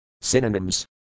Synonyms